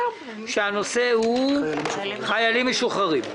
הנושא הוא חיילים משוחררים.